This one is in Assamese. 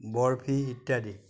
বৰফি ইত্যাদি